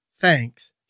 thanks